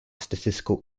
statistical